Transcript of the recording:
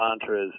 mantras